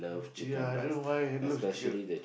ya I don't know why I love chicken